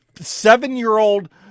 seven-year-old